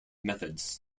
methods